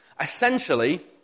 Essentially